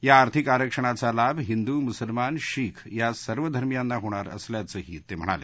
या आर्थिक आरक्षणाचा लाभ हिंदू मुसलमान शिख या सर्व धर्मीयांना होणार असल्याचंही त्यांनी सांगितलं